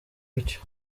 utyo